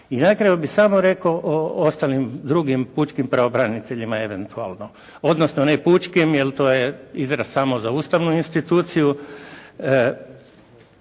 I na kraju bih samo rekao o ostalim pučkim pravobraniteljima eventualno, odnosno ne pučkim jer to je izraz samo za ustavnu instituciju.